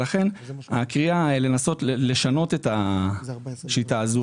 לכן הקריאה לנסות לשנות את השיטה הזו.